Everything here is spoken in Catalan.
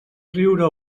riure